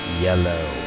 yellow